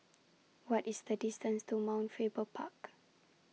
What IS The distance to Mount Faber Park